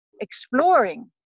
exploring